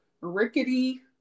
rickety